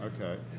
Okay